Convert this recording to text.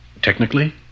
Technically